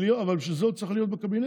אבל בשביל זה הוא צריך להיות בקבינט.